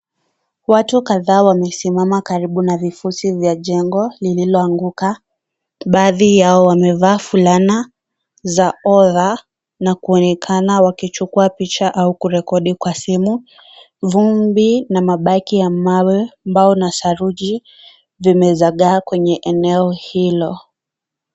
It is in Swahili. Watu kadhaa wamesimama karibu na vifuzi vya jengo lililoanguka. Baadhi yao wamevaa fulana za Ora na kuonekana wakichukua picha au kurekodi kwa simu. Vumbi na mabaki ya mawe, ambao una saruji, vimesakaa kwenye eneo hilo.